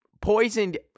poisoned